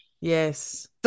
Yes